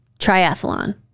triathlon